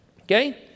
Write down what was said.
Okay